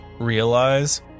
realize